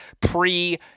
pre-